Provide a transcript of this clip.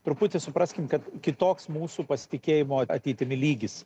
truputį supraskim kad kitoks mūsų pasitikėjimo ateitimi lygis